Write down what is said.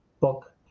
book